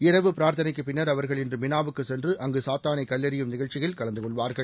இரவு பிரார்த்தனைக்குப் பின்னர் அவர்கள் இன்றுமினாவுக்குசென்றுஅங்குசாத்தானைகல்லெறியும் நிகழ்வில் கலந்து கொள்வார்கள்